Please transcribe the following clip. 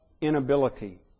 Inability